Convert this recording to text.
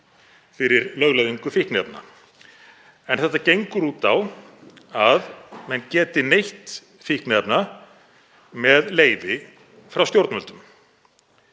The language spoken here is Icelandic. fyrir lögleiðingu fíkniefna. Það gengur út á að menn geti neytt fíkniefna með leyfi frá stjórnvöldum.